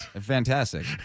Fantastic